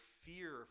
fear